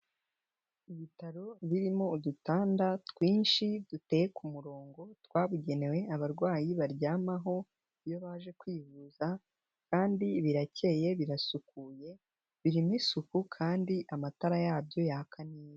Ibitaro birimo udutanda twinshi duteye ku murongo twabugenewe, abarwayi baryamaho iyo baje kwivuza kandi birakeye birasukuye, birimo isuku kandi amatara yabyo yaka neza.